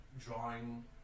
drawing